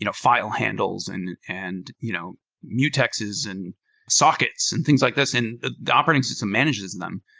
you know file handles and and you know mutexes and sockets and things like this. and ah the operating system manages them.